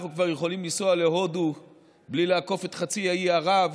אנחנו כבר יכולים לנסוע להודו בלי לעקוף את חצי האי ערב,